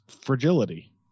fragility